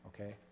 okay